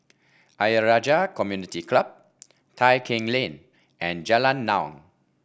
Ayer Rajah Community Club Tai Keng Lane and Jalan Naung